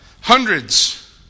Hundreds